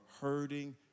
hurting